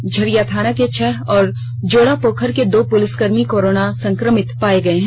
झरिया थाना के छह और जोड़ा पोखर के दो पुलिसकर्मी कोरोना संक्रमित पाये गये हैं